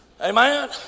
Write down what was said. Amen